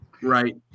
Right